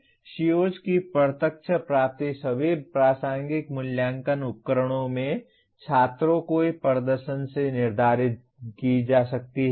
COs की प्रत्यक्ष प्राप्ति सभी प्रासंगिक मूल्यांकन उपकरणों में छात्रों के प्रदर्शन से निर्धारित की जा सकती है